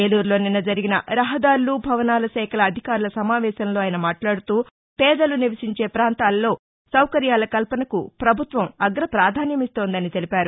ఏలూరులో నిన్న జరిగిన రహదారులు భవనాల శాఖల అధికారుల సమావేశంలో ఆయన మాట్లాడుతూ పేదలు నివసించే పాంతాల్లో సౌకర్యాల కల్పనకు ప్రభుత్వం అగ్ర పాధాన్యమిస్తోందని తెలిపారు